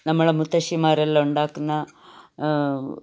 നമ്മളുടെ മുത്തശ്ശിമാരെല്ലാം ഉണ്ടാക്കുന്ന